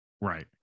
Right